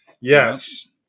Yes